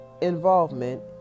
involvement